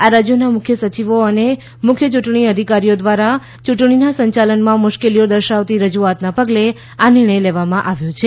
આ રાજ્યોના મુખ્ય સચિવો અને મુખ્ય ચૂંટણી અધિકારીઓ દ્વારા ચૂંટણીના સંચાલનમાં મુશ્કેલીઓ દર્શાવતી રજુઆતના પગલે આ નિર્ણય લેવામાં આવ્યો છે